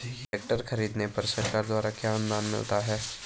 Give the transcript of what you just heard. Tractor खरीदने पर सरकार द्वारा क्या अनुदान मिलता है?